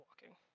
walking